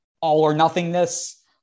all-or-nothingness